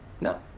No